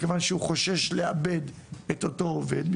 מכיוון שהוא חושש לאבד את אותו עובד,